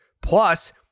Plus